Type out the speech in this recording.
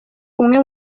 umwe